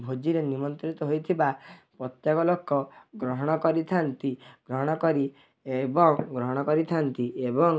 ଭୋଜିରେ ନିମନ୍ତ୍ରିତ ହୋଇଥିବା ପ୍ରତ୍ୟେକ ଲୋକ ଗ୍ରହଣ କରିଥାନ୍ତି ଗ୍ରହଣ କରି ଏବଂ ଗ୍ରହଣ କରିଥାନ୍ତି ଏବଂ